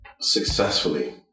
successfully